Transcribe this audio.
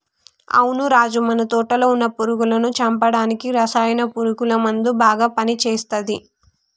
అవును రాజు మన తోటలో వున్న పురుగులను చంపడానికి రసాయన పురుగుల మందు బాగా పని చేస్తది